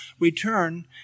return